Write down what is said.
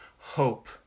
hope